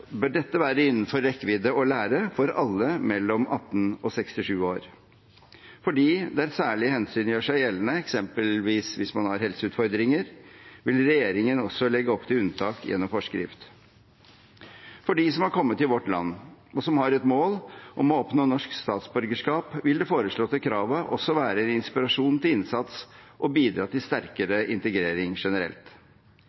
rekkevidde å lære for alle mellom 18 og 67 år. For dem der særlige hensyn gjør seg gjeldende, eksempelvis hvis man har helseutfordringer, vil regjeringen også legge opp til unntak gjennom forskrift. For dem som har kommet til vårt land, og som har et mål om å oppnå norsk statsborgerskap, vil det foreslåtte kravet også være en inspirasjon til innsats og bidra til sterkere